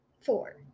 Four